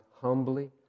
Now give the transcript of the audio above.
humbly